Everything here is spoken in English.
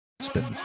spin